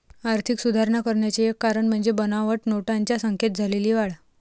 आर्थिक सुधारणा करण्याचे एक कारण म्हणजे बनावट नोटांच्या संख्येत झालेली वाढ